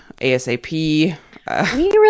asap